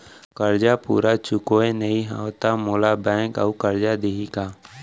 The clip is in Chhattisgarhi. करजा पूरा चुकोय नई हव त मोला बैंक अऊ करजा दिही का?